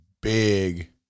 big